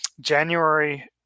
January